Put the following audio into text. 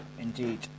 Indeed